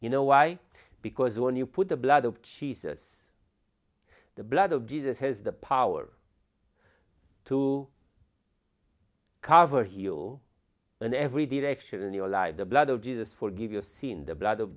you know why because when you put the blood of jesus the blood of jesus has the power to cover he'll in every direction in your life the blood of jesus forgive you seen the bl